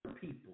people